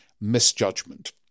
misjudgment